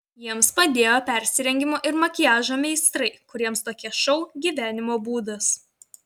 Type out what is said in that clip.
jiems padėjo persirengimo ir makiažo meistrai kuriems tokie šou gyvenimo būdas